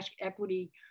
equity